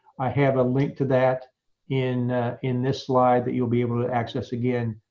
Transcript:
i have a link to that in in this slide that you'll be able to access, again,